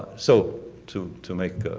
so, to to make